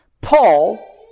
Paul